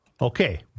Okay